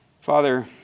father